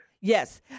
Yes